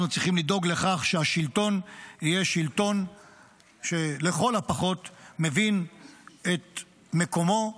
אנחנו צריכים לדאוג לכך שהשלטון יהיה שלטון שלכל הפחות מבין את מקומו,